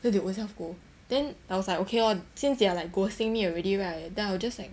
then they ownself go then I was like okay lor since they're like ghosting me already right then I'll just like